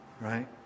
right